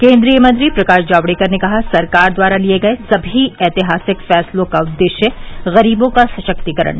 केंद्रीय मंत्री प्रकाश जावड़ेकर ने कहा सरकार द्वारा लिए गए सभी ऐतिहासिक फैसलों का उद्देश्य गरीबों का सशक्तिकरण